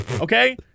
Okay